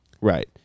Right